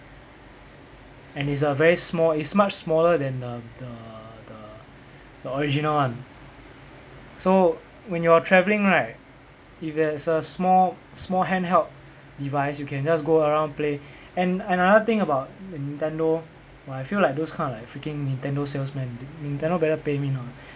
and it's a very small it's much smaller than the the the the original one so when you are travelling right if you have a small small handheld device you can just go around play and another thing about nintendo !wah! I feel like those kind of like freaking nintendo salesman nintendo better pay me now